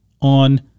on